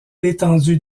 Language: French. l’étendue